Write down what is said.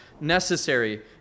necessary